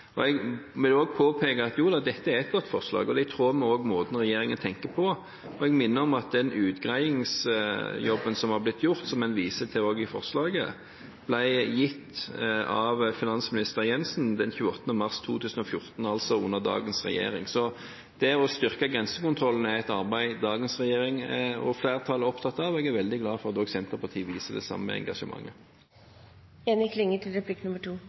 Jeg vil også påpeke at dette er et godt forslag, og det er i tråd med måten regjeringen tenker på. Jeg vil minne om at den utredningsjobben som har blitt gjort, og som en også viser til i forslaget, ble gitt av finansminister Siv Jensen den 28. mars 2014, altså under dagens regjering. Så det å styrke grensekontrollen er et arbeid som dagens regjering og flertallet er opptatt av, og jeg er veldig glad for at også Senterpartiet viser det samme engasjementet. Eg vil nok ein gong tilbake til